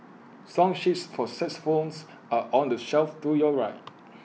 song sheets for xylophones are on the shelf to your right